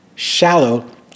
shallow